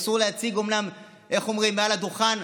אומנם אסור להציג מעל לדוכן,